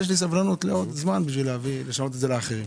אז יש לי סבלנות בשביל לשנות את זה עבור אחרים.